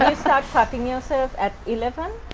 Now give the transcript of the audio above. ah start cutting yourself at eleven? ah.